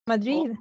Madrid